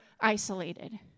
isolated